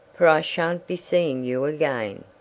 for i shan't be seeing you again.